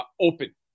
open